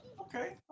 Okay